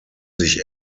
sich